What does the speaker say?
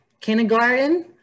kindergarten